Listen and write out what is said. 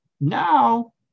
now